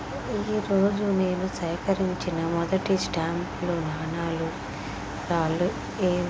ఈ రోజు నేను సేకరించిన మొదటి స్టాంపులు నాణాలు రాళ్లు ఏవి